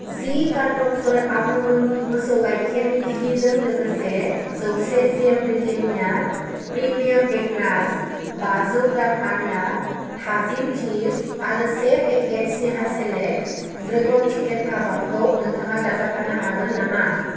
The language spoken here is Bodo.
जि कारट'नफोर आमुल मोसौ गाइखेरनि घिहिजों लोगोसे जौसे जिएम ब्रिटेन्निया प्रिमियाम बेक रास्क बाजौ ग्राम आर्ला थाजिम चिस आरो से packet Sneha select dragon chicken kebab खौ नोंथाङा दाजाबफानो हागोन नामा